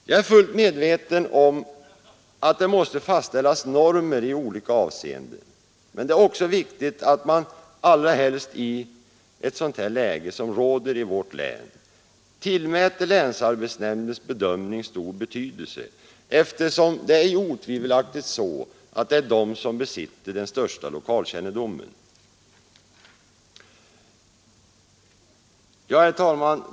Jag är fullt medveten om att det måste uppställas normer i olika avseenden, men det är också viktigt att man — allra helst i ett sådant läge som råder i vårt län — tillmäter länsarbetsnämndens bedömning stor betydelse, eftersom det otvivelaktigt är nämnden som besitter den största lokalkännedomen. Herr talman!